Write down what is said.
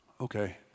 Okay